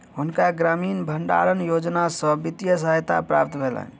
हुनका ग्रामीण भण्डारण योजना सॅ वित्तीय सहायता प्राप्त भेलैन